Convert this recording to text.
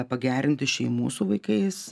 pagerinti šeimų su vaikais